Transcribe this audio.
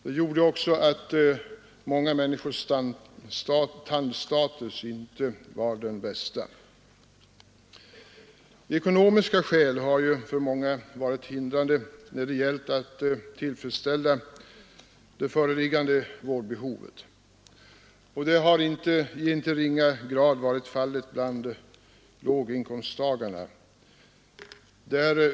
Detta gjorde också att många människors tandstatus inte var den bästa. Ekonomiska skäl har för många varit hindrande när det gällt att tillfredsställa det föreliggande vårdbehovet. Detta har i inte ringa grad varit fallet bland låginkomsttagare.